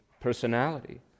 personality